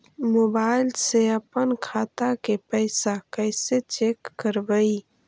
Mobile से अपन खाता के पैसा कैसे चेक करबई?